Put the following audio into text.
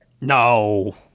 no